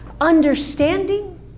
understanding